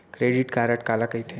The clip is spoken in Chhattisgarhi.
क्रेडिट कारड काला कहिथे?